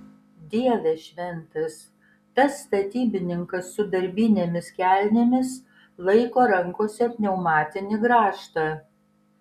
dieve šventas tas statybininkas su darbinėmis kelnėmis laiko rankose pneumatinį grąžtą